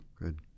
Good